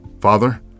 Father